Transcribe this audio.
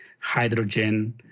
hydrogen